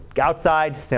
outside